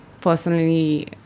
personally